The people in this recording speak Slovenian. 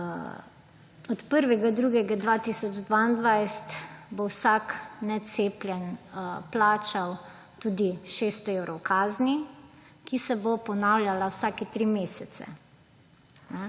Od 1. 2. 2022 bo vsak necepljen plačal tudi 600 evrov kazni, ki se bo ponavljala vsake tri mesece.